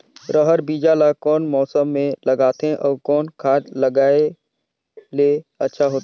रहर बीजा ला कौन मौसम मे लगाथे अउ कौन खाद लगायेले अच्छा होथे?